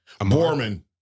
Borman